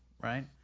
right